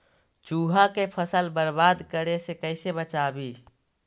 चुहा के फसल बर्बाद करे से कैसे बचाबी?